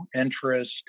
interest